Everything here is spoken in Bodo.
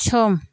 सम